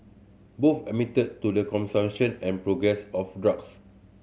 both admitted to the consumption and progress of drugs